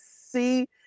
see